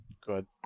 good